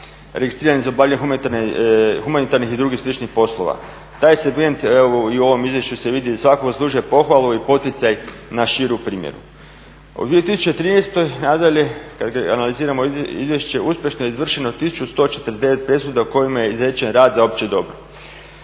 registriranim za obavljanje humanitarnih i drugih sličnih poslova. Taj segment evo i u ovom izvješću se vidi i svakako zaslužuje pohvalu i poticaj na širi primjer. U 2013. i nadalje kad analiziramo izvješće uspješno je izvršeno 1149 presuda u kojima je izrečen rad za opće dobro.